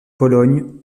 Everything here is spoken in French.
pologne